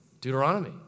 Deuteronomy